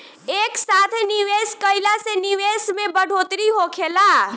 एक साथे निवेश कईला से निवेश में बढ़ोतरी होखेला